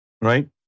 right